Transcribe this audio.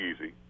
easy